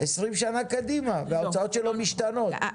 20 שנה קדימה וההוצאות שלו משתנות.